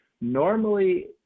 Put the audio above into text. Normally